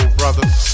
brothers